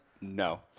No